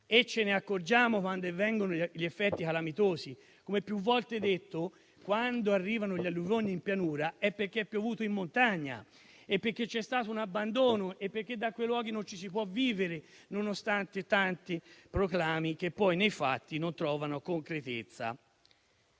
ci accorgiamo quando si verificano gli eventi calamitosi: come più volte detto, quando arrivano le alluvioni in pianura è perché è piovuto in montagna; è perché c'è stato un abbandono; è perché in quei luoghi non ci si può vivere, nonostante tanti proclami che poi nei fatti non trovano concretezza.